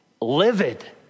livid